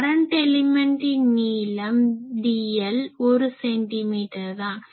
current எலிமென்டின் நீளம் dl 1 cm தான்